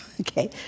Okay